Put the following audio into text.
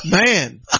Man